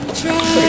try